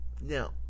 Now